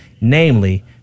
namely